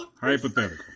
Hypothetical